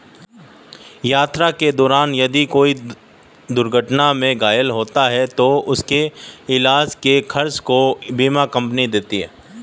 यात्रा के दौरान यदि कोई दुर्घटना में घायल होता है तो उसके इलाज के खर्च को बीमा कम्पनी देती है